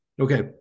Okay